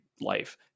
life